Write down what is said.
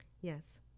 Yes